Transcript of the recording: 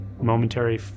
Momentary